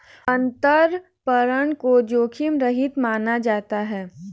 अंतरपणन को जोखिम रहित माना जाता है